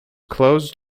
closed